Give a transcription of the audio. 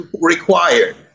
required